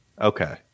Okay